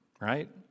right